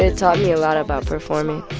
and taught me a lot about performing.